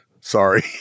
sorry